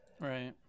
right